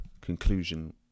conclusion